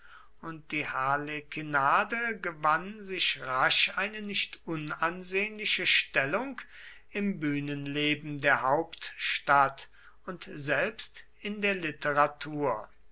und die harlekinade gewann sich rasch eine nicht unansehnliche stellung im bühnenleben der hauptstadt und selbst in der literatur